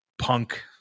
punk